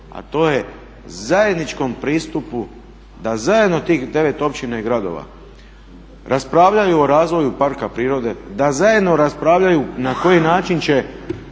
a to je zajedničkom pristupu da zajedno tih 9 općina i gradova raspravljaju o razvoju parka prirode, da zajedno raspravljaju na koji način će